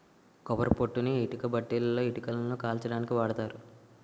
కొబ్బరి పొట్టుని ఇటుకబట్టీలలో ఇటుకలని కాల్చడానికి వాడతారు